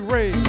Ray